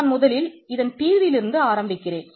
நான் முதலில் இதன் தீர்வில் இருந்து ஆரம்பிக்கிறேன்